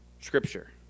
Scripture